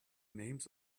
names